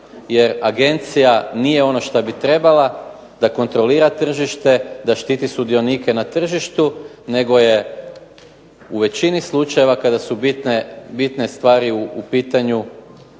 jer agencija nije ono što bi trebala da kontrolira tržište da štiti sudionike na tržištu nego je u većini slučajeva kada su bitne stvari u pitanju